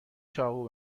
چاقو